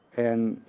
and